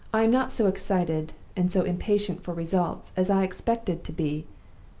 i am not so excited and so impatient for results as i expected to be,